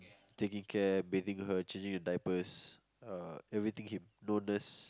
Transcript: taking care bathing her changing her diapers uh everything he no nurse